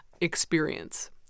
experience